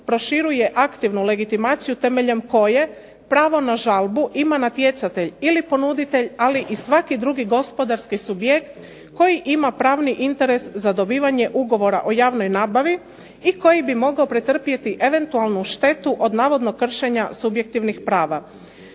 proširuje aktivnu legitimaciju temeljem koje pravo na žalbu ima natjecatelj ili ponuditelj ali i svaki drugi gospodarski subjekt koji ima pravni interes za dobivanje ugovora o javnoj nabavi i koji bi mogao pretrpjeti eventualnu štetu od navodnog kršenja subjektivnih prava.